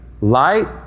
Light